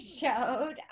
showed